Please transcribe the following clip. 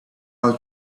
how